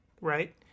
Right